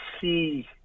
see